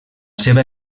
seva